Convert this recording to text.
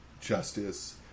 justice